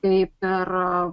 kaip ir